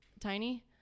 tiny